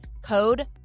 Code